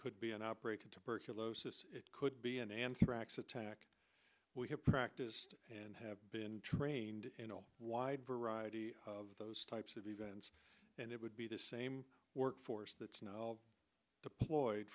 could be an outbreak of tuberculosis it could be an anthrax attack we have practiced and have been trained in a wide variety of those types of events and it would be the same work force that's not all deployed